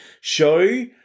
show